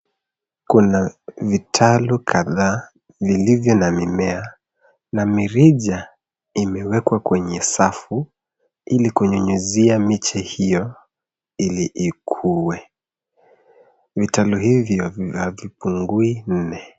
Kuna vitalu kadhaa vilivyo na mimea na mirija imewekwa kwenye safu ili kunyunyuzia miche hiyo ili ikue. Vitalu hivyo havipungui nne.